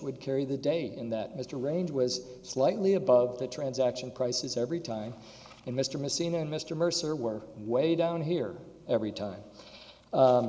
would carry the day in that mr range was slightly above the transaction prices every time and mr messina and mr mercer were way down here every time